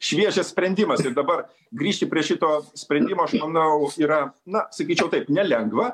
šviežias sprendimas ir dabar grįžti prie šito sprendimo aš manau yra na sakyčiau taip nelengva